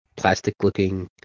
Plastic-looking